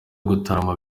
gutarama